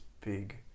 big